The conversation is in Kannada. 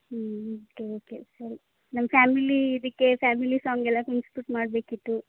ಹ್ಞೂ ಹ್ಞೂ ಓಕೆ ಓಕೆ ಸರಿ ನಮ್ಮ ಫ್ಯಾಮಿಲೀ ಇದಕ್ಕೆ ಫ್ಯಾಮಿಲಿ ಸಾಂಗೆಲ್ಲ ತುಂಬ್ಸಿಬಿಟ್ಟು ಮಾಡಬೇಕಿತ್ತು